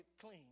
clean